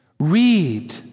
Read